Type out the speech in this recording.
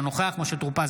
אינו נוכח משה טור פז,